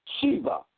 Shiva